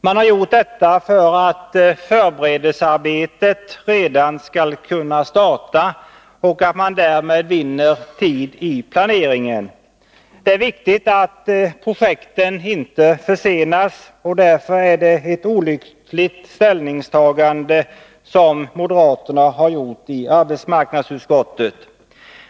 Man har gjort detta för att förberedelsearbetet redan nu skall kunna starta, så att man därmed vinner tid för planeringen. Det är viktigt att projekten inte försenas, och därför är det ett olyckligt ställningstagande som moderaterna i arbetsmarknadsutskottet har gjort.